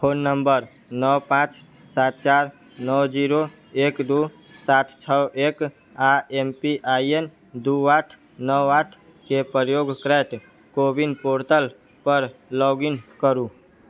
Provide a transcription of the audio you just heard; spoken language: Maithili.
फोन नंबर नओ पांँच सात चारि नओ जीरो एक दू सात छओ एक आ एम पी आइ एन दू आठ नओ आठ के प्रयोग करैत को विन पोर्टल पर लॉग इन करू